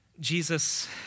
Jesus